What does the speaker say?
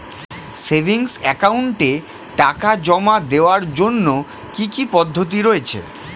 Savings একাউন্টে টাকা জমা দেওয়ার জন্য কি কি পদ্ধতি রয়েছে?